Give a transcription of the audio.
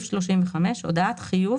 הודעת חיוב